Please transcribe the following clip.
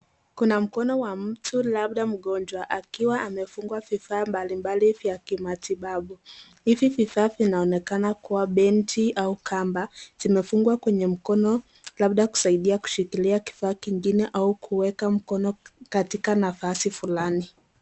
Kuna mkono wa mtu labda mgonjwa akiwa amefungwa vifaa mbalimbali vya kimatibabu. Hivi vifaa vinaonekana kuwa benti au kamba zimefungwa kwenye mkono labda kusaidia kushikilia kifaa kingine au kuweka mkono katika nafasi fulani.